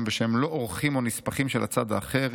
ושהם לא אורחים או נספחים של הצד האחר,